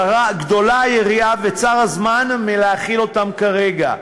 גדולה היריעה וצר הזמן מלהכיל אותן כרגע.